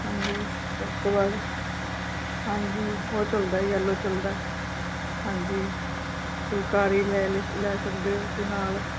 ਹਾਂਜੀ ਉਸ ਤੋਂ ਬਾਅਦ ਹਾਂਜੀ ਉਹ ਚੱਲਦਾ ਆ ਯੈਲੋ ਚੱਲਦਾ ਹਾਂਜੀ ਫੁਲਕਾਰੀ ਲੈ ਲਈ ਲੈ ਸਕਦੇ ਹੋ ਤੁਸੀਂ ਨਾਲ